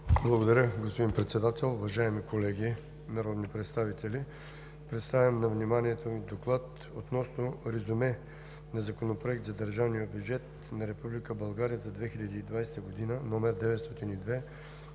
Благодаря, господин Председател. Уважаеми колеги народни представители! Представям на вниманието Ви „ДОКЛАД относно Законопроект за държавния бюджет на Република България за 2020 г., №